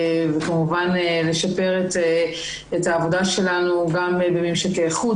וכמובן לשפר את העבודה שלנו גם ממשקי חוץ.